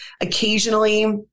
Occasionally